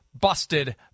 busted